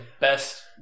best